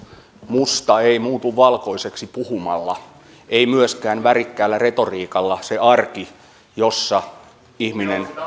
musta ei muutu valkoiseksi puhumalla ei myöskään värikkäällä retoriikalla se arki jossa ihminen